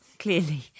Clearly